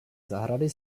zahrady